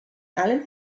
allen